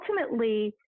ultimately